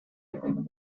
between